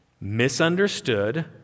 misunderstood